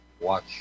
Watch